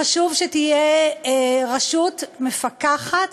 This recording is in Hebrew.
חשוב שתהיה רשות מפקחת.